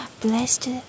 blessed